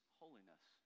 holiness